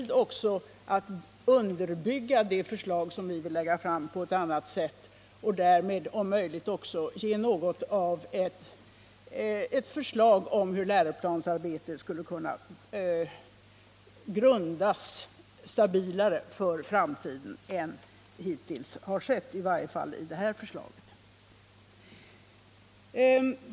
Det tar också tid att på ett annat sätt underbygga det förslag som vi vill lägga fram, för att därmed om möjligt ge ett stabilare underlag för läroplansarbetet för framtiden än vad som hittills har skett, i varje fall i det aktuella förslaget.